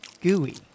gooey